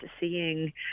seeing –